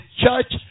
church